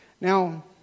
Now